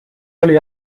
oli